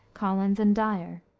collins, and dyer.